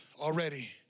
already